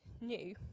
new